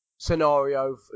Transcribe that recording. scenario